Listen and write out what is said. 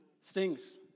Stings